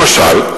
למשל,